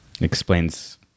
Explains